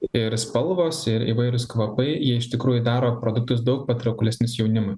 ir spalvos ir įvairūs kvapai jie iš tikrųjų daro produktus daug patrauklesnius jaunimui